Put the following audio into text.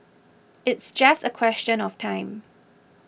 it's just a question of time